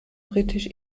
britisch